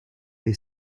they